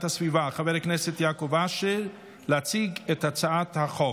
הסביבה חבר הכנסת יעקב אשר להציג את הצעת החוק.